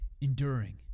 Enduring